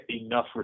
enough